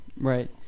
Right